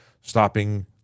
stopping